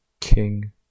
king